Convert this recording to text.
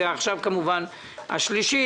ועכשיו כמובן השלישית.